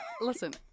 Listen